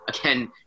again